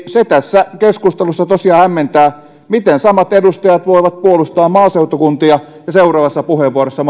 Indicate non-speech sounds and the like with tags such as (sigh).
se tässä keskustelussa tosiaan hämmentää miten samat edustajat voivat puolustaa maaseutukuntia ja seuraavassa puheenvuorossa (unintelligible)